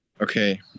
Okay